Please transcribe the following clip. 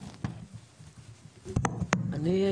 המשטרה.